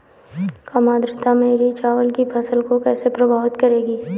कम आर्द्रता मेरी चावल की फसल को कैसे प्रभावित करेगी?